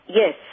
yes